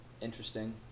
interesting